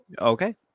Okay